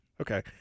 Okay